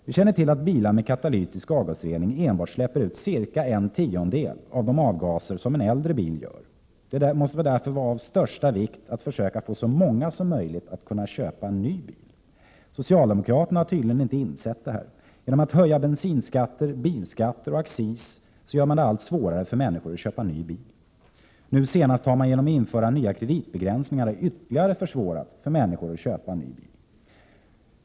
Vi känner till att bilar med katalytisk avgasrening släpper enbart ut cirka en tiondel av de avgaser som en äldre bil släpper ut. Det måste därför vara av största vikt att försöka få så många som möjligt att köpa ny bil. Socialdemokraterna har tydligen inte insett detta. Genom att höja bensinskatter, bilskatter och accis gör de det allt svårare för människor att köpa ny bil. Nu senast har de genom att införa nya kreditbegränsningar ytterligare försvårat för människor att köpa en ny bil.